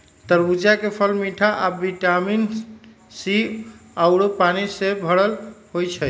तरबूज के फल मिठ आ विटामिन सी आउरो पानी से भरल होई छई